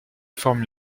forme